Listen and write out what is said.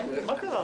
מי נגד?